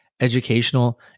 educational